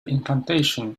incantation